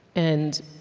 and